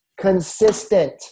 consistent